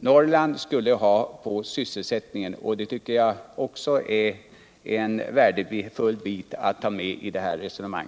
Norrland skulle ha på sysselsättningen, och det är en värdefull bit att ta med i detta resonemang.